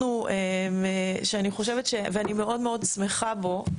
שאני מאוד מאוד שמחה בו,